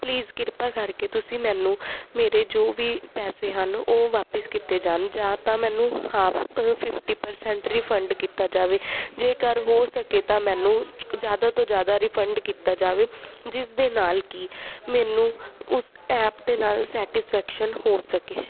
please ਕਿਰਪਾ ਕਰਕੇ ਤੁਸੀਂ ਮੈਨੂੰ ਮੇਰੇ ਜੋ ਵੀ ਪੈਸੇ ਹਨ ਉਹ ਵਾਪਿਸ ਕੀਤੇ ਜਾਣ ਜਾਂ ਤਾਂ ਮੈਨੂੰ ਹਾਫ ਫਿਫਟੀ ਪ੍ਰਸੈਂਟ ਰਿਫੰਡ ਕੀਤਾ ਜਾਵੇ ਜੇਕਰ ਹੋ ਸਕੇ ਤਾਂ ਮੈਨੂੰ ਜ਼ਿਆਦਾ ਤੋਂ ਜ਼ਿਆਦਾ ਰਿਫੰਡ ਕੀਤਾ ਜਾਵੇ ਜਿਸ ਦੇ ਨਾਲ ਕਿ ਮੈਨੂੰ ਉਸ ਐਪ ਦੇ ਨਾਲ ਸੈਟਿਸਫੈਕਸ਼ਨ ਹੋ ਸਕੇ